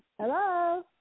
Hello